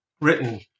written